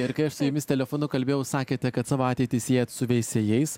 ir kai aš su jumis telefonu kalbėjau sakėte kad savo ateitį siejat su veisiejais